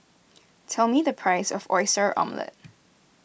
tell me the price of Oyster Omelette